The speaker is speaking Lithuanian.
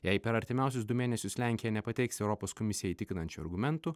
jei per artimiausius du mėnesius lenkija nepateiks europos komisijai įtikinančių argumentų